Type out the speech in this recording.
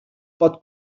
pot